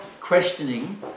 questioning